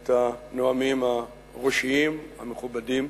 את הנואמים הראשיים, המכובדים,